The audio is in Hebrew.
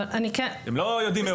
הם לא יודעים מראש.